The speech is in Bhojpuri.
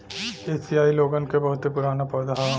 एसिआई लोगन क बहुते पुराना पौधा हौ